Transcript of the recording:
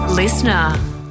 Listener